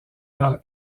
par